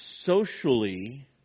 socially